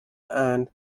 and